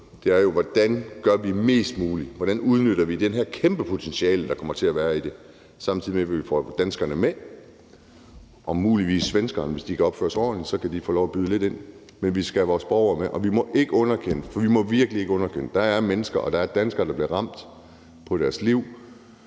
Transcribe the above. endnu kan svare på, nemlig hvordan vi udnytter det her kæmpe potentiale, der kan være i det, mest muligt, samtidig med at vi får danskerne med – og muligvis svenskerne. Hvis de kan opføre sig ordenligt, kan de få lov at byde lidt ind. Vi skal have vores borgere med, og vi må virkelig ikke underkende, at der er danskere, der bliver ramt på deres liv,